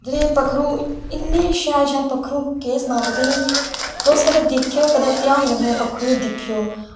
जि'यां पक्खरू इन्ने शैल शैल पक्खरू केह् सनां तुसें तुस कदैं दिक्खेयो ध्यान कन्नै पक्खरू दिक्खेओ